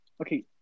Okay